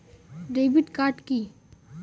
Debit card key?